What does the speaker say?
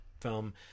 film